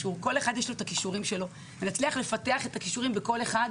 יש כישורים, אז האחר